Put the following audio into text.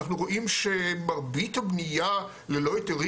אנחנו רואים שמרבית הבנייה ללא היתרים